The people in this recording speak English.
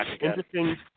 interesting